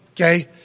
okay